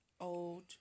old